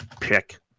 pick